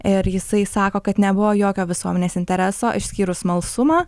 ir jisai sako kad nebuvo jokio visuomenės intereso išskyrus smalsumą